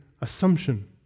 assumption